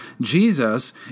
Jesus